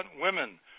women